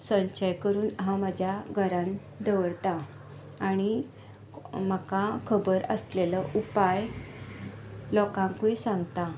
संचय करून हांव म्हज्या घरान दवरतां आनी म्हाका खबर आशिल्लो उपाय लोकांकूय सांगता